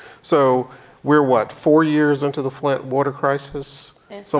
so we're what four years into the flint water crisis? and so